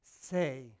say